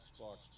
Xbox